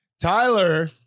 Tyler